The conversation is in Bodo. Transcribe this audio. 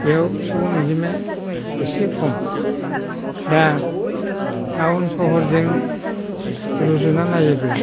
बेयाव सुबुं अनजिमाया एसे खम दा टाउन सहरजों रुजुना नायोब्ला